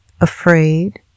afraid